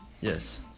Yes